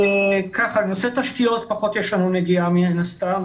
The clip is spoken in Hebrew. לעניין התשתיות יש לנו מן הסתם פחות נגיעה,